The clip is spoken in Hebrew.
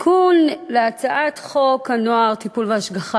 תיקון 22 לחוק הנוער (טיפול והשגחה)